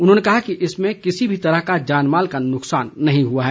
उन्होंने कहा कि इसमें किसी भी तरह का जान माल का नुकसान नहीं हुआ है